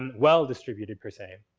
well distributed, per say.